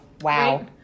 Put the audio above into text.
Wow